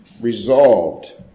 resolved